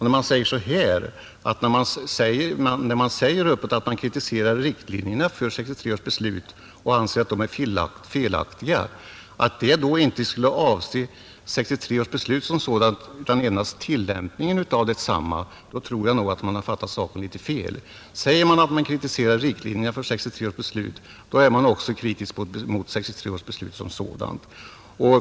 När man öppet kritiserar riktlinjerna för 1963 års beslut och anser att de är felaktiga, då tror jag den har fattat saken litet fel som säger att kritiken inte skulle avse 1963 års beslut som sådant utan endast tillämpningen av det. Kritiserar man riktlinjerna för 1963 års beslut är man också kritisk mot 1963 års beslut som sådant.